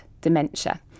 dementia